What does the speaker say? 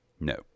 No